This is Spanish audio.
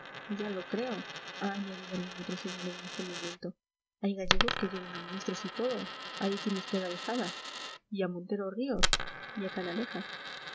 ya lo creo ha añadido algún otro señor en este momento hay gallegos que llegan a ministros y todo ahí tiene usted a besada y a montero ríos y a